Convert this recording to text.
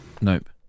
Nope